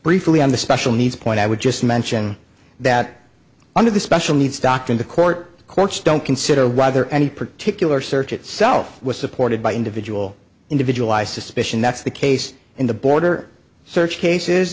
briefly on the special needs point i would just mention that under the special needs doctrine the court courts don't consider rather any particular search itself was supported by individual individualized suspicion that's the case in the border search cases